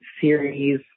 series